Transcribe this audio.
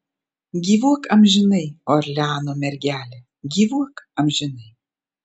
gyvuok amžinai orleano mergele gyvuok amžinai